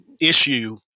issue